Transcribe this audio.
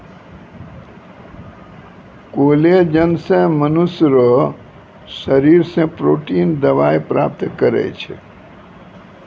collagen से मनुष्य रो शरीर से प्रोटिन दवाई प्राप्त करै छै